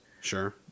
Sure